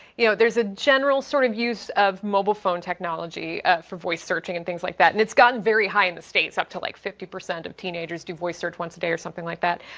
you know there's a general sort of use of mobile phone technology for voice searching and things like that and it's gotten very high in the states, up to like fifty percent of teenagers do voice search once a day or something like that.